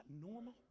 normal